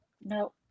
No